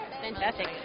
Fantastic